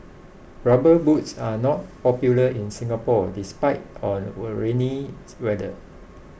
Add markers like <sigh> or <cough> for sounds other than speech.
rubber boots are not popular in Singapore despite our <unintelligible> rainy weather